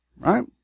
Right